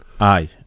Aye